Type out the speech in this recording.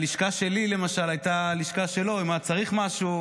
הלשכה שלי למשל הייתה הלשכה שלו אם הוא היה צריך משהו,